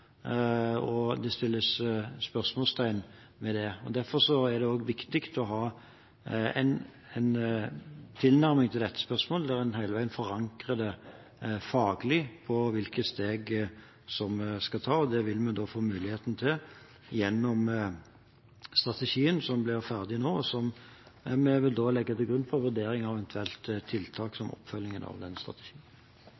og det stilles spørsmålstegn ved det. Derfor er det også viktig å ha en tilnærming til dette spørsmålet der en hele veien forankrer faglig hvilke steg som vi skal ta, og det vil vi få muligheten til gjennom strategien som blir ferdig nå, og som vi vil legge til grunn for vurdering av eventuelle tiltak